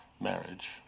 marriage